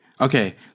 okay